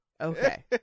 Okay